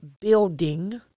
building